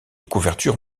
couverture